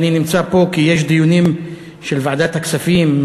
אני נמצא פה כי יש דיונים של ועדת הכספים,